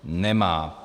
Nemá.